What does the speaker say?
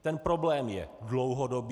Ten problém je dlouhodobý